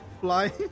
fly